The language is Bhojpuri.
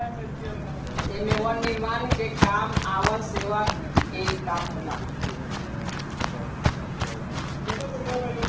एमे वन निर्माण के काम आ वन सेवा के काम होला